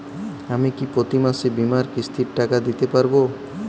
আমি কি প্রতি মাসে বীমার কিস্তির টাকা দিতে পারবো?